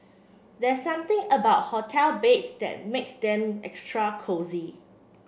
there's something about hotel beds that makes them extra cosy